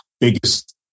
biggest